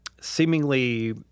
seemingly